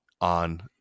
on